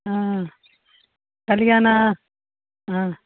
हँ कहलियनि हँ हँ